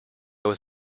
was